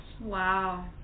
Wow